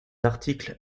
articles